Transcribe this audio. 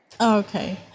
Okay